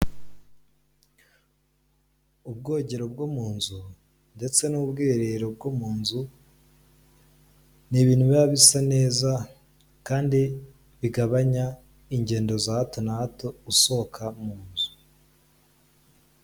Ubwogero bwo mu nzu ndetse n'ubwiherero bwo mu nzu, ni ibintu biba bisa neza kandi bigabanya ingendo za hato na hato usohoka mu nzu.